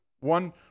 one